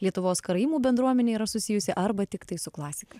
lietuvos karaimų bendruomenė yra susijusi arba tiktai su klasika